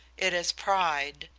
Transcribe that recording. it is pride,